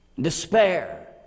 despair